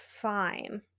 fine